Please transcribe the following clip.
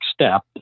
step